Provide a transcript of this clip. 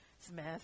Smith